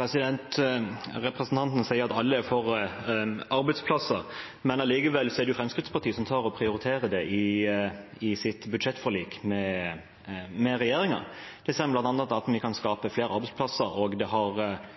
Representanten sier at alle er for arbeidsplasser, men likevel er det Fremskrittspartiet som prioriterer det, i sitt budsjettforlik med regjeringen. Der ser man bl.a. at vi kan skape flere arbeidsplasser, og det